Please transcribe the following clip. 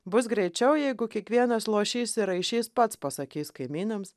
bus greičiau jeigu kiekvienas luošys ir raišys pats pasakys kaimynams